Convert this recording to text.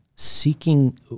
seeking